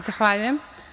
Zahvaljujem.